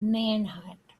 manhunt